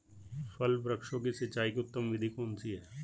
फल वृक्षों की सिंचाई की उत्तम विधि कौन सी है?